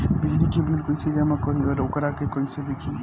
बिजली के बिल कइसे जमा करी और वोकरा के कइसे देखी?